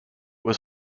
was